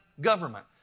government